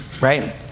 right